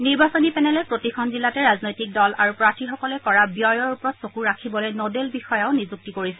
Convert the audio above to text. নিৰ্বাচনী পেনেলে প্ৰতিখন জিলাতে ৰাজনৈতিক দল আৰু প্ৰাৰ্থীসকলে কৰা ব্যয়ৰ ওপৰত চকু ৰাখিবলৈ নডেল বিষয়াও নিযুক্তি কৰিছে